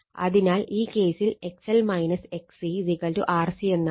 അതിനാൽ ഈ കേസിൽ XL XC RC എന്നാവും